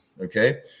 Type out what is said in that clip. okay